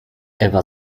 ewa